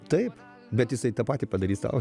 taip bet jisai tą patį padarys tau